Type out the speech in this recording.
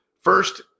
first